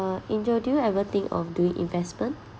uh angel do you ever think of doing investment